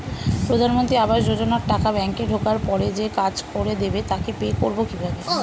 প্রধানমন্ত্রী আবাস যোজনার টাকা ব্যাংকে ঢোকার পরে যে কাজ করে দেবে তাকে পে করব কিভাবে?